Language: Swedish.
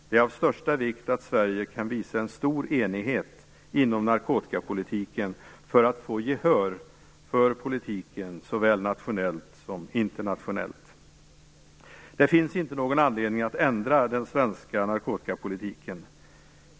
Det är av största vikt att Sverige kan visa en stor enighet inom narkotikapolitiken för att få gehör för politiken såväl nationellt som internationellt. Det finns inte någon anledning att ändra den svenska narkotikapolitiken.